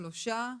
הצבעה בעד, 3 אושר.